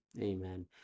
Amen